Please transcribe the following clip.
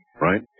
Right